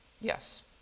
yes